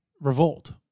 revolt